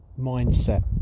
mindset